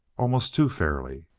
almost too fairly.